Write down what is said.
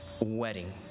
wedding